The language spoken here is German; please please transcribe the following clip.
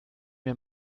wir